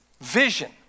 vision